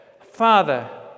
Father